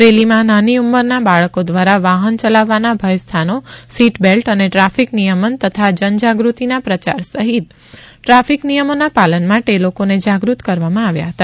રેલીમાં નાની ઉંમરના બાળકો દ્વારા વાહન ચલાવવાના ભયસ્થાનો સીટ બેલ્ટ અને ટ્રાફિક નિયમન તથા જન જાગૃતિના પ્રયાર સહિત ટ્રાફિક નિયમોના પાલન માટે લોકોને જાગૃત્ત કરવામાં આવ્યા હતા